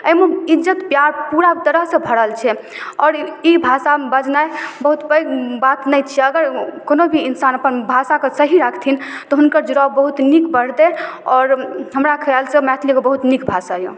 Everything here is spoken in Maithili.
एहिमे इज्जति प्यार पूरा तरहसँ भरल छै आओर ई भाषा बजनाए बहुत पैघ बात नहि छिए अगर कोनो भी इन्सान अपन भाषाके सही राखथिन तऽ हुनकर जुड़ाव बहुत नीक बढ़तै आओर हमरा खिआलसँ मैथिली एगो बहुत नीक भाषा अइ